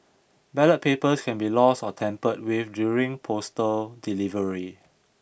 ballot papers can be lost or tampered with during postal delivery